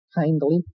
kindly